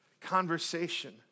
conversation